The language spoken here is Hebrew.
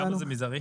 למה זה מזערי?